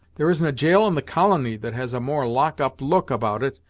there isn't a gaol in the colony that has a more lock up look about it,